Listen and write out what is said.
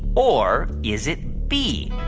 or is it b,